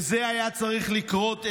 וזה היה צריך לקרות אתמול,